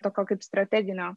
tokio kaip strateginio